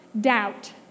doubt